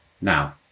now